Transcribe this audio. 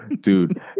Dude